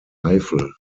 eifel